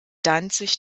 danzig